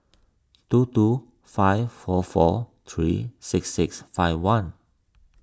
two two five four four three six six five one